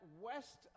west